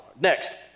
Next